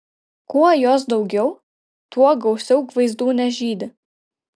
kuo jos daugiau tuo gausiau gvaizdūnės žydi